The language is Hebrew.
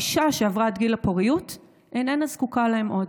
אישה שעברה את גיל הפוריות איננה זקוקה להם עוד.